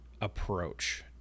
approach